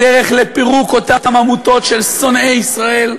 בדרך לפירוק אותן עמותות של שונאי ישראל,